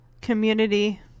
community